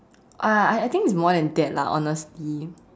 uh I I think it's more than that lah honestly